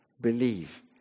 Believe